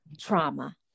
trauma